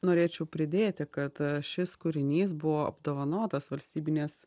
norėčiau pridėti kad šis kūrinys buvo apdovanotas valstybinės